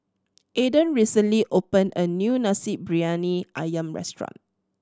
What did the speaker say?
Aaden recently opened a new Nasi Briyani Ayam restaurant